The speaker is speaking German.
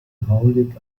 hydraulik